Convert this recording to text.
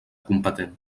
competent